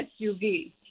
SUV